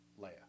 Leia